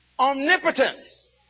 omnipotence